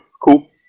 Cool